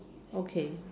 okay